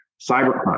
cybercrime